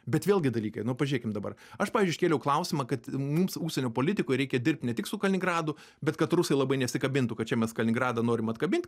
bet vėlgi dalykai nu pažiūrėkim dabar aš iškėliau klausimą kad mums užsienio politikoj reikia dirbt ne tik su kaliningradu bet kad rusai labai nesikabintų kad čia mes kaliningradą norim atkabint